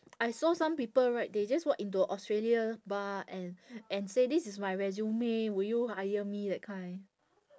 I saw some people right they just walk into australia bar and and say this is my resume will you hire me that kind